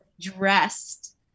dressed